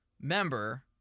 member